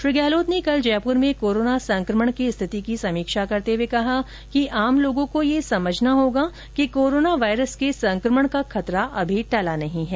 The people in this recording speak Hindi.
श्री गहलोत ने कल जयपुर में कोरोना संक्रमण की स्थिति की समीक्षा करते हुए कहा कि आम लोगों को यह समझना होगा कि कोरोना वायरस के संक्रमण का खतरा अभी टला नहीं है